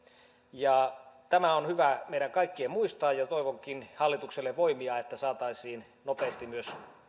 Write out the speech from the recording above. tämä on hyvä meidän kaikkien muistaa toivonkin hallitukselle voimia että saataisiin nopeasti myös